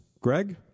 Greg